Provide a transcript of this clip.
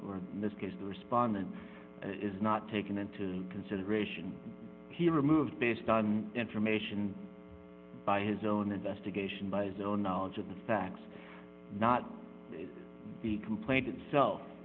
of this case the respondent is not taken into consideration he removed based on information by his own investigation by his own knowledge of the facts not the complaint itself